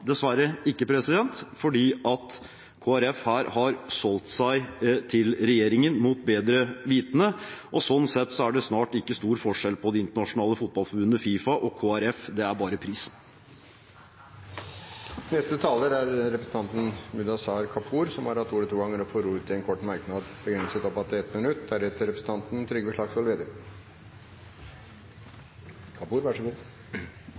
dessverre ikke, fordi her har Kristelig Folkeparti solgt seg til regjeringen mot bedre vitende. Sånn sett er det snart ikke stor forskjell på det internasjonale fotballforbundet FIFA og Kristelig Folkeparti, det er bare prisen. Representanten Mudassar Kapur har hatt ordet to ganger tidligere og får ordet til en kort merknad, begrenset til 1 minutt. Det var representanten